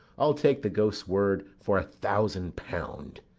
i'll take the ghost's word for a thousand pound!